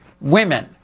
women